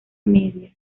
media